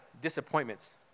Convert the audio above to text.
disappointments